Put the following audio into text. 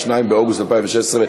2 באוגוסט 2016,